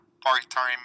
part-time